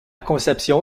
conception